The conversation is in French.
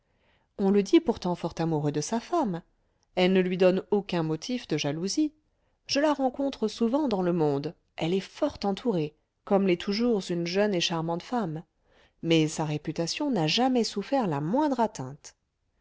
on le dit pourtant fort amoureux de sa femme elle ne lui donne aucun motif de jalousie je la rencontre souvent dans le monde elle est fort entourée comme l'est toujours une jeune et charmante femme mais sa réputation n'a jamais souffert la moindre atteinte